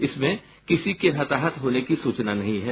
इसमें किसी के हताहत होने की सूचना नहीं है